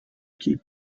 keep